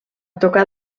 tocar